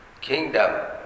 kingdom